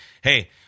hey